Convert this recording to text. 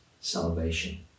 salvation